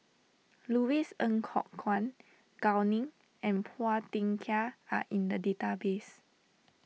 Louis Ng Kok Kwang Gao Ning and Phua Thin Kiay are in the database